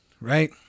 Right